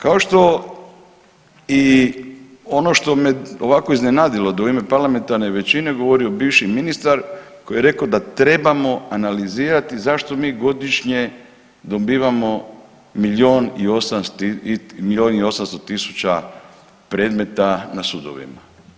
Kao što i ono što me ovako iznenadilo, u ime parlamentarne većine govorio bivši ministar koji je rekao da trebamo analizirati zašto mi godišnje dobivamo milijun i 800 tisuća predmeta na sudovima.